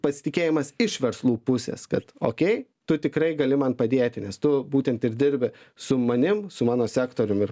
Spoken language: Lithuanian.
pasitikėjimas iš verslų pusės kad okei tu tikrai gali man padėti nes tu būtent ir dirbi su manim su mano sektorium ir